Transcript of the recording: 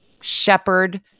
shepherd